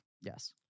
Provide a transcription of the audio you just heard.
Yes